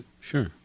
sure